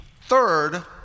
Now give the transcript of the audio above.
third